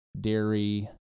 dairy